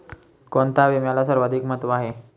कोणता विम्याला सर्वाधिक महत्व आहे?